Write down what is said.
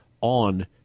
on